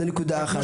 זוהי נקודה אחת.